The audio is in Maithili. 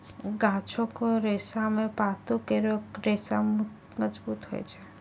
गाछो क रेशा म पातो केरो रेशा मजबूत होय छै